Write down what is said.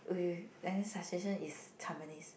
wait wait wait any suggestion is Tampines